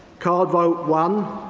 card vote one,